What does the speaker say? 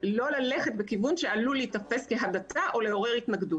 ללכת בכיוון שעלול להיתפס כהדתה או לעורר התנגדות.